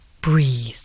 breathe